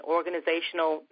Organizational